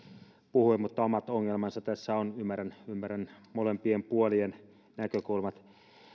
puhui mutta omat ongelmansa tässä on ymmärrän ymmärrän molempien puolien näkökulmat